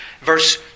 verse